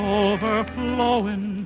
overflowing